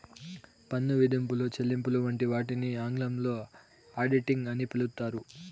పన్ను విధింపులు, చెల్లింపులు వంటి వాటిని ఆంగ్లంలో ఆడిటింగ్ అని పిలుత్తారు